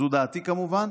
זו דעתי, כמובן